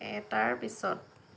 এটাৰ পিছত